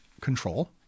control